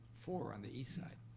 four on the eastside.